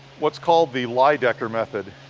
what's called the lydecker method.